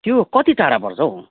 त्यो कति टाढा पर्छ हौ